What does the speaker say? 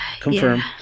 Confirm